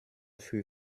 für